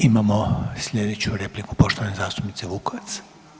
Imamo slijedeću repliku poštovane zastupnice Vukovac.